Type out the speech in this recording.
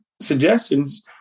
suggestions